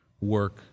work